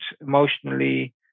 emotionally